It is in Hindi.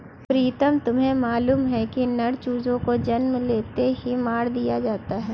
प्रीतम तुम्हें मालूम है नर चूजों को जन्म लेते ही मार दिया जाता है